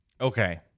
Okay